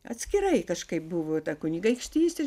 atskirai kažkaip buvo ta kunigaikštystė